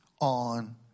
on